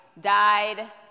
died